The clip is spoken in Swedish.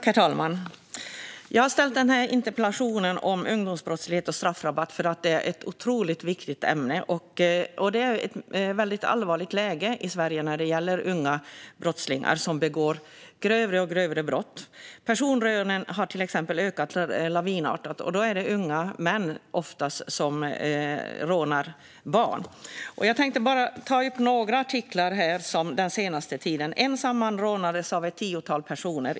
Herr talman! Jag har ställt denna interpellation om ungdomsbrottslighet och straffrabatt därför att det är ett otroligt viktigt ämne. Vi har ett väldigt allvarligt läge i Sverige när det gäller unga brottslingar som begår grövre och grövre brott. Till exempel har personrånen ökat lavinartat. Ofta är det unga män som rånar barn. Jag tänkte ta upp bara några rubriker från den senaste tiden. "Ensam man rånades av ett tiotal personer."